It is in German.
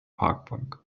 parkbank